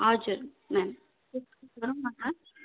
हजुर म्याम